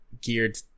geared